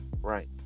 Right